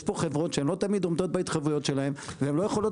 יש פה חברות שלא תמיד עומדות בהתחייבויות שלהן ולא יכולות